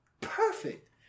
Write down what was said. perfect